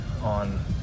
on